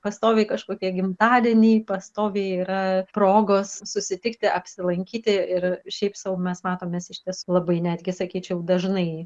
pastoviai kažkokie gimtadieniai pastoviai yra progos susitikti apsilankyti ir šiaip sau mes matomės iš tiesų labai netgi sakyčiau dažnai